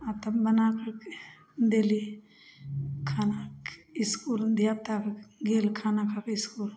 आ तब बना कैरिके देली खाना इसकुलमे धिआपुता गेल खानाके इसकुल